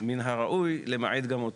מן הראוי למעט גם אותו.